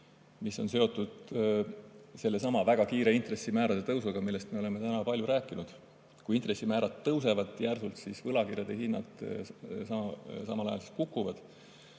See on seotud sellesama väga kiire intressimäärade tõusuga, millest me oleme täna palju rääkinud. Kui intressimäärad tõusevad järsult, siis võlakirjade hinnad samal ajal kukuvad.